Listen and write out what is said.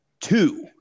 Two